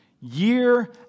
Year